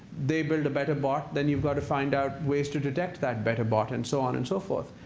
they build a better bot, then you've got to find out ways to detect that better bot, and so on and so forth.